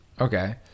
Okay